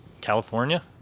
california